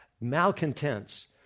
malcontents